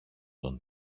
τον